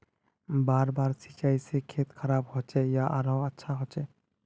बार बार सिंचाई से खेत खराब होचे या आरोहो अच्छा होचए?